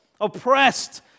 oppressed